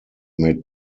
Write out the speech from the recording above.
made